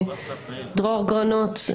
דרור גרנית,